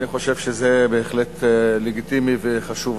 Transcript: ואני חושב שזה בהחלט לגיטימי וחשוב.